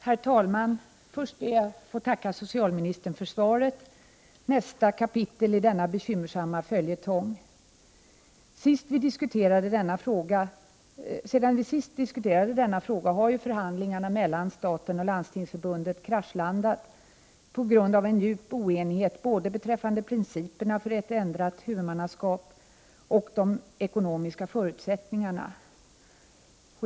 Herr talman! Först ber jag att få tacka socialministern för svaret. Det är nu dags för nästa kapitel i denna bekymmersamma följetong. Sedan vi sist diskuterade denna fråga har ju förhandlingarna mellan staten och Landstingsförbundet kraschlandat på grund av djup oenighet beträffande både principerna för ett ändrat huvudmannaskap och de ekonomiska förutsättningarna.